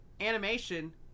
animation